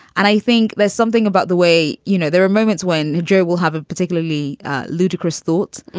and i think there's something about the way, you know, there are moments when joe will have a particularly ludicrous thought.